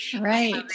right